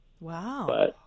Wow